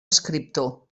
escriptor